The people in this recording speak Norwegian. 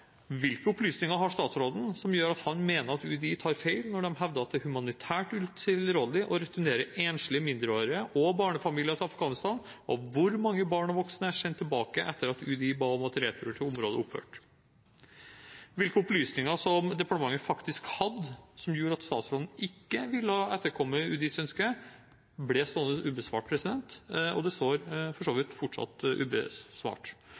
opplysninger har statsråden som gjør at han mener UDI tar feil når de hevder at det er humanitært utilrådelig å returnere enslige mindreårige og barnefamilier til Afghanistan, og hvor mange barn og voksne er sendt tilbake etter at UDI ba om at returer til området opphørte?» Hvilke opplysninger som departementet faktisk hadde, som gjorde at statsråden ikke ville etterkomme UDIs ønske, ble stående ubesvart, og det står for så vidt fortsatt ubesvart.